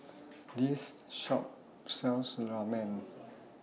This Shop sells Ramen